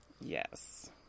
Yes